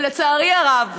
ולצערי הרב,